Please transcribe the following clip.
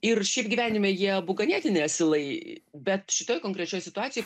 ir šiaip gyvenime jie abu ganėtinai asilai bet šitoj konkrečioj situacijoj